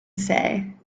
say